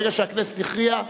ברגע שהכנסת הכריעה,